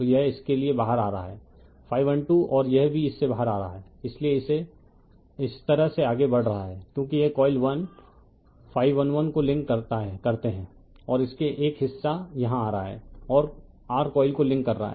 तो यह इसके लिए बाहर आ रहा है 2 और यह भी इससे बाहर आ रहा है इसलिए इस तरह से आगे बढ़ रहा है क्योंकि यह कॉइल 1 1 को लिंक करते हैं और इसका एक हिस्सा यहां आ रहा है और r कॉइल को लिंक कर रहा है